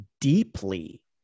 deeply